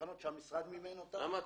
אלו תחנות שהמשרד מימן אותן.